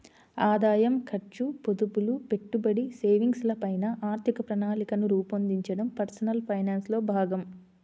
ఆదాయం, ఖర్చు, పొదుపులు, పెట్టుబడి, సేవింగ్స్ ల పైన ఆర్థిక ప్రణాళికను రూపొందించడం పర్సనల్ ఫైనాన్స్ లో భాగం